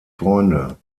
freunde